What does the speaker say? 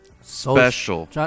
special